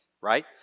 right